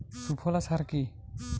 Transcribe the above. সুফলা সার কি?